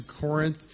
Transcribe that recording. Corinth